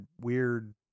weird